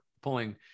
pulling